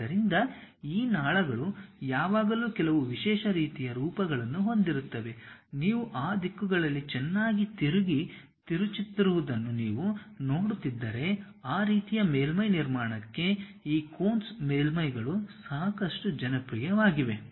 ಆದ್ದರಿಂದ ಈ ನಾಳಗಳು ಯಾವಾಗಲೂ ಕೆಲವು ವಿಶೇಷ ರೀತಿಯ ರೂಪವನ್ನು ಹೊಂದಿರುತ್ತವೆ ನೀವು ಆ ದಿಕ್ಕುಗಳಲ್ಲಿ ಚೆನ್ನಾಗಿ ತಿರುಗಿ ತಿರುಚುತ್ತಿರುವುದನ್ನು ನೀವು ನೋಡುತ್ತಿದ್ದರೆ ಆ ರೀತಿಯ ಮೇಲ್ಮೈ ನಿರ್ಮಾಣಕ್ಕಾಗಿ ಈ ಕೂನ್ಸ್ ಮೇಲ್ಮೈಗಳು ಸಾಕಷ್ಟು ಜನಪ್ರಿಯವಾಗಿವೆ